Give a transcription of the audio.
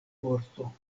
morto